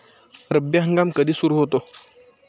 रब्बी हंगाम कधी सुरू होतो?